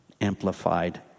Amplified